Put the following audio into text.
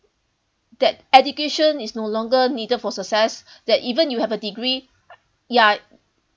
that education is no longer needed for success that even you have a degree yeah